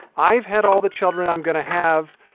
i've had all the children i'm going to have.